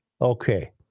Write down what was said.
Okay